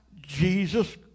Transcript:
Jesus